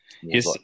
Yes